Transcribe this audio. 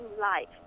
life